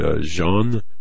Jean